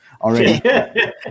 already